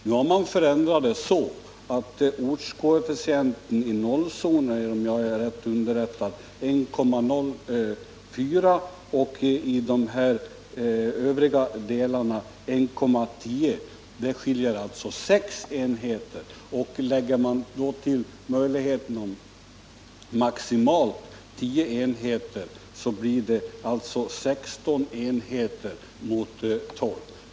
Nu har man förändrat det hela så, att ortskoefficienten i noll-zonen, om jag är rätt underrättad, är 1,04 och i de övriga delarna 1,10. Det skiljer alltså 6 enheter. Lägger man då till möjligheten av maximalt 10 enheter, blir det alltså 16 enheter mot 12.